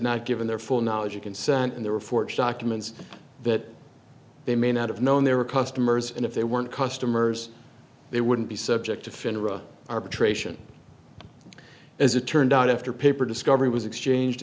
not given their full knowledge or consent and they were forged documents that they may not have known they were customers and if they weren't customers they wouldn't be subject to finra arbitration as it turned out after paper discovery was exchanged